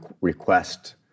request